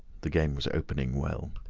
the game was opening well.